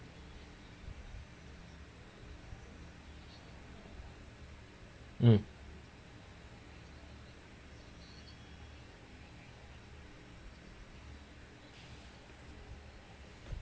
um